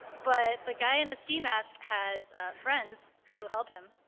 but the guy in the ski mask has friends who help him,